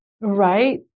Right